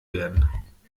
werden